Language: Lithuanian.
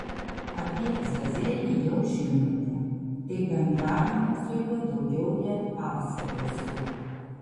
apie azazelį jau žinote tai bendravimo su juo daugiau neatpasakosiu